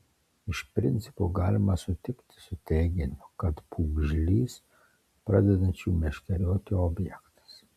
iš principo galima sutikti su teiginiu kad pūgžlys pradedančių meškerioti objektas